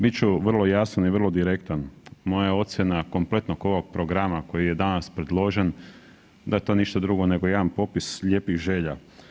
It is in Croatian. Bit ću vrlo jasan i vrlo direktan, moja ocjena kompletnog ovog programa koji je danas predložen da je to ništa drugo nego jedan popis lijepih želja.